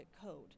Code